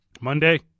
Monday